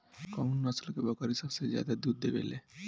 कउन नस्ल के बकरी सबसे ज्यादा दूध देवे लें?